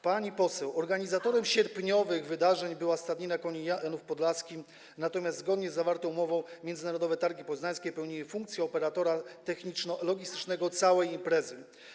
Pani poseł, organizatorem sierpniowych wydarzeń była Stadnina Koni Janów Podlaski, natomiast zgodnie z zawartą umową Międzynarodowe Targi Poznańskie pełniły funkcję operatora techniczno-logistycznego całej imprezy.